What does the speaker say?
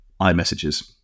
iMessages